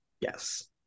yes